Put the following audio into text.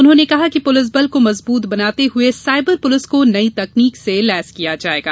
उन्होंने कहा कि पुलिसबल को मजबूत बनाते हए सायबर पुलिस को नई तकनीक से लैस किया जायेगा